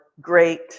great